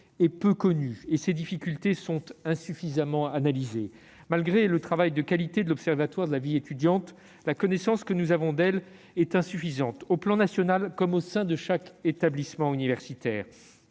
est peu connue et ses difficultés sont insuffisamment analysées. Malgré le travail de qualité de l'Observatoire national de la vie étudiante, la connaissance que nous avons d'elles est insuffisante à l'échelon national comme au sein de chaque établissement universitaire.